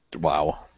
Wow